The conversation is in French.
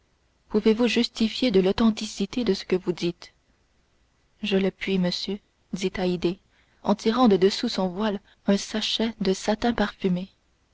pouvez-vous justifier de l'authenticité de ce que vous dites je le puis monsieur dit haydée en tirant de dessous son voile un sachet de satin parfumé